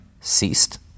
ceased